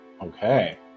Okay